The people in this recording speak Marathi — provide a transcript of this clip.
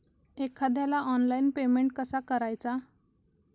एखाद्याला ऑनलाइन पेमेंट कसा करायचा?